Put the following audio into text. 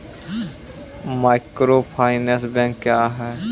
Microfinance bank क्या हैं?